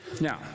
Now